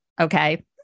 Okay